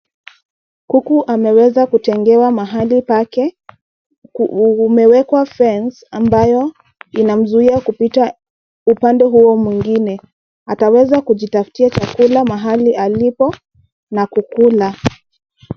Kuku anaweza kutengewa mahali pake. Umewekewa fence ambayo inamzuia kupita upande huo mwingine. Ataweza kujitaftia chakula mahali alipo na kukula.